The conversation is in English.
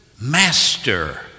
master